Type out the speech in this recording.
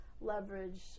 leverage